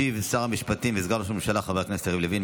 ישיב שר המשפטים וסגן ראש הממשלה חבר הכנסת לוין,